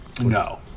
No